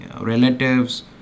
relatives